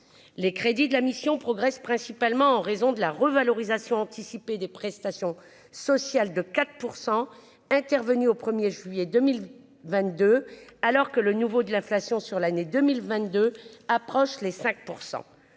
les crédits de la mission progresse, principalement en raison de la revalorisation anticipée des prestations sociales de 4 % intervenue au 1er juillet 2022 alors que le nouveau de l'inflation sur l'année 2022 approche les 5